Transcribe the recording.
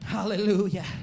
Hallelujah